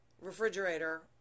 refrigerator